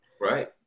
Right